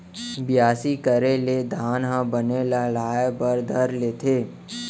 बियासी करे ले धान ह बने लहलहाये बर धर लेथे